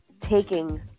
taking